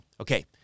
okay